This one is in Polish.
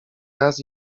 raz